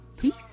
peace